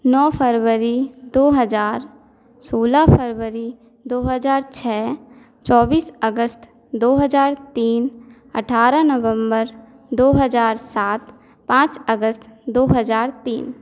नौ फरवरी दो हज़ार सोलह फरवरी दो हज़ार छः चौबिस अगस्त दो हज़ार तीन अट्ठारह नवंबर दो हज़ार सात पाँच अगस्त दो हज़ार तीन